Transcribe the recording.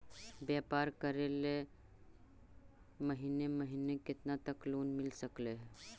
व्यापार करेल महिने महिने केतना तक लोन मिल सकले हे?